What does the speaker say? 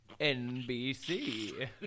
NBC